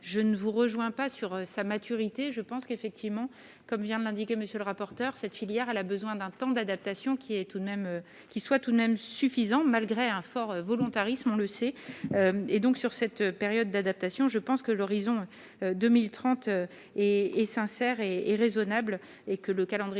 je ne vous rejoins pas sur sa maturité, je pense qu'effectivement, comme vient de l'indiquer monsieur le rapporteur, cette filière, elle a besoin d'un temps d'adaptation qui est tout de même qu'il soit tout de même suffisant, malgré un fort volontarisme, on le sait, et donc sur cette période d'adaptation, je pense que l'horizon 2030 et et sincère et et raisonnables et que le calendrier